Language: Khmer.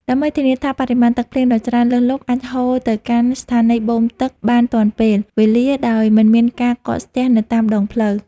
ដើម្បីធានាថាបរិមាណទឹកភ្លៀងដ៏ច្រើនលើសលប់អាចហូរទៅកាន់ស្ថានីយបូមទឹកបានទាន់ពេលវេលា ដោយមិនមានការកកស្ទះនៅតាមដងផ្លូវ។